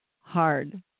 hard